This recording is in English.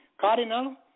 Cardinal